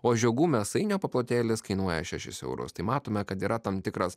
o žiogų mėsainio paplotėlis kainuoja šešis eurus tai matome kad yra tam tikras